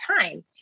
time